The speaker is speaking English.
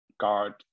guard